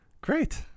Great